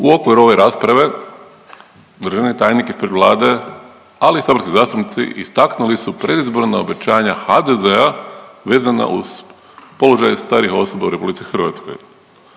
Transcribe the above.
U okviru ove rasprave državni tajnik ispred Vlade, ali i saborski zastupnici istaknuli su predizborna obećanja HDZ-a vezana uz položaj starijih osoba u RH. Ja mogu